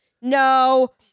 No